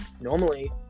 Normally